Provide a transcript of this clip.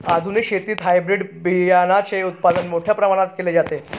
आधुनिक शेतीत हायब्रिड बियाणाचे उत्पादन मोठ्या प्रमाणात केले जाते